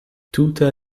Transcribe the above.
tuta